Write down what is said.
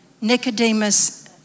Nicodemus